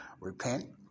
repent